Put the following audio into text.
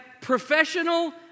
professional